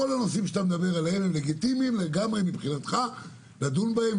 כל הנושאים שאתה מדבר עליהם הם לגיטימיים לגמרי מבחינתך לדון בהם,